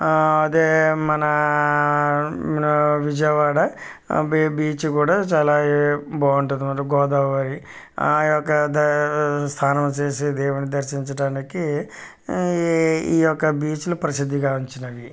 అదే మన విజయవాడ బ బీచ్ కూడా చాలా బాగుంటుంది మరి గోదావరి ఆ యొక్క స్నానం చేసి దేవుణ్ణి దర్శించటానికి ఈ యొక్క బీచ్లు ప్రసిద్ధి గాంచినవి